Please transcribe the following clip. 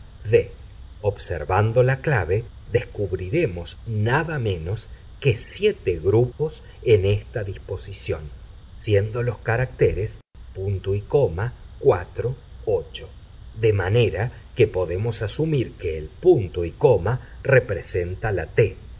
the observando la clave descubriremos nada menos que siete grupos en esta disposición siendo los caracteres de manera que podemos asumir que el punto y como representa la t